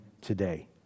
today